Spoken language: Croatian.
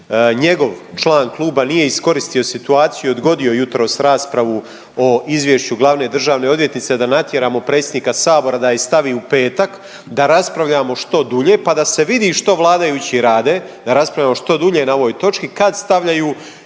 njegov član kluba nije iskoristio situaciju i odgodio jutros raspravu o izvješću glavne državne odvjetnice da natjeramo predsjednika sabora da je stavi u petak, da raspravljamo što dulje, pa da se vidi što vladajući rade, da raspravljamo što dulje na ovoj točki, kad stavljaju